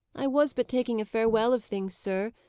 i was but taking a farewell of things, sir,